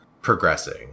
progressing